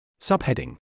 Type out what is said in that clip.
Subheading